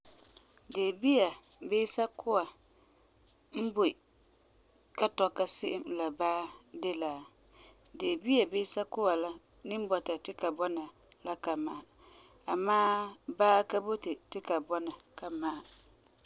Deebia bii sakua n boi ka tɔka se'em la baa de la, deebia bii sakua la ni bɔta ti ka bɔna la ka ma'a. Amaa baa ka boti ti ka bɔna ka ma'a.